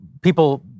people